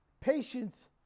patience